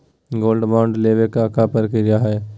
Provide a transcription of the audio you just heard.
Gold bond लेवे के का प्रक्रिया हई?